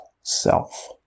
self